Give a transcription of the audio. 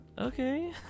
okay